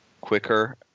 quicker